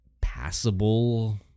passable